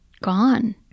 gone